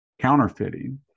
counterfeiting